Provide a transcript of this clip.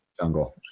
jungle